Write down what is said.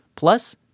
Plus